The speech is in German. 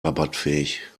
rabattfähig